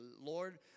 Lord